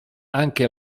anche